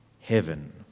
heaven